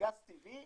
לגז טבעי